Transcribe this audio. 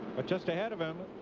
but just ahead of him,